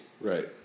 Right